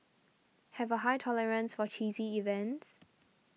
have a high tolerance for cheesy events